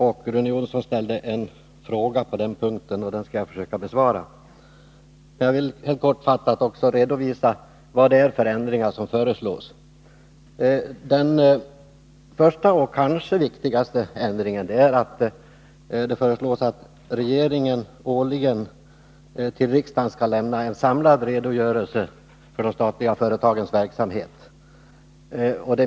På den punkten ställde Rune Jonsson en fråga, och den skall jag försöka att besvara. Helt kortfattat vill jag också redovisa vilka ändringar som föreslås. Den första, och kanske viktigaste, ändringen är förslaget att regeringen årligen skall lämna en samlad redogörelse till riksdagen om de statliga företagens verksamhet.